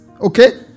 Okay